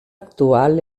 actual